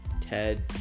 Ted